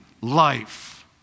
life